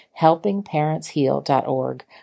HelpingParentsHeal.org